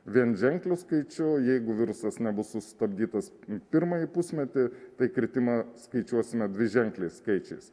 vienženkliu skaičiu jeigu virusas nebus sustabdytas pirmąjį pusmetį tai kritimą skaičiuosime dviženkliais skaičiais